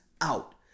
out